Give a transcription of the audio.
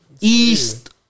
east